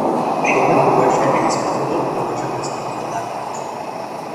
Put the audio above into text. šiame ruože eismas bus draudžiamas iki lapkričio